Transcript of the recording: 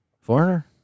foreigner